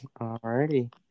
Alrighty